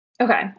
Okay